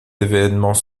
événements